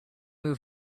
moved